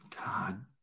God